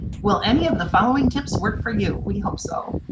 will any of the following tips work for you? we hope so.